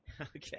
Okay